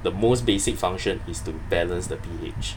the most basic function is to balance the P_H